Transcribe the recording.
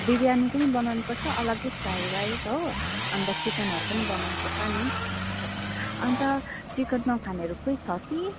बिरयानी पनि बनाउनु पर्छ अलग्गै फ्राई राइस हो अन्त चिकनहरू पनि बनाउनु पर्छ नि अन्त चिकन नखानेहरू कोही छ कि